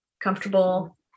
comfortable